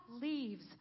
leaves